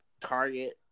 Target